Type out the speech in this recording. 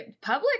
public